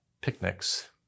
picnics